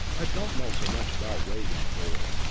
i don't know so much about wade and fuller.